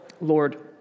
Lord